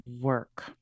work